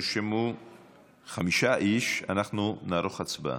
נרשמו חמישה איש, אנחנו נערוך הצבעה.